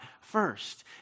first